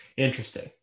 Interesting